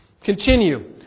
Continue